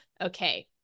Okay